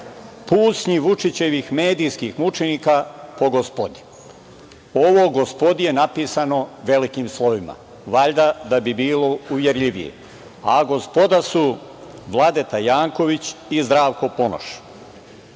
„Pucnji Vučićevih medijskih mučenika po GOSPODI“. Ovo „GOSPODI“ je napisano velikim slovima, valjda da bi bilo uverljivije, a „GOSPODA“ su Vladeta Janković i Zdravko Ponoš.